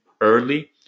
early